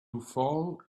fall